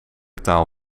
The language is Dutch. taal